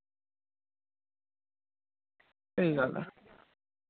स्हेई गल्ल ऐ